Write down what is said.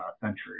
century